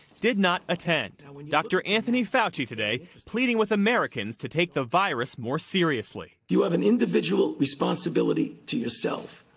did not attend. i mean dr. anthony fauci today pleading with americans to take the virus more seriously. you have an individual responsibility to yourself,